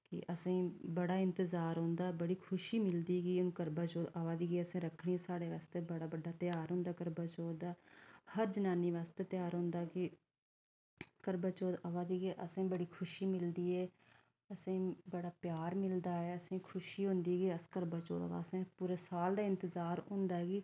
असेंगी बड़ा इंतजार रौंह्दा बड़ी खुशी रौंह्दी कि हून करवाचौथ अवा दी ऐ असैं रक्खनी ऐ अपने आस्तै बड़ा बड्डा ध्यार होंदा करवाचौथ दा हर जनानी बास्तै ध्यार होंदा कि करवाचौथ अवा दी ऐ असेंगी बड़ी खुशी मिलदी ऐ असेंगी बड़ी प्यार मिलदा ऐ असेंगी बड़ी खुशी मिलदी कि असें पूरे साल दा इंतजार होंदा कि